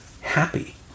happy